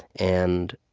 and